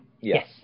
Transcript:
Yes